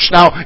Now